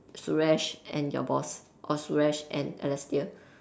Suresh and your boss or Suresh and Alistair